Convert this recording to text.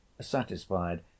satisfied